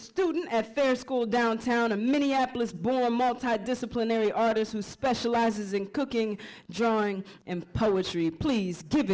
student at fair school downtown a minneapolis boy multi disciplinary artist who specializes in cooking drawing and poetry please give